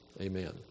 Amen